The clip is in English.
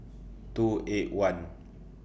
two eight one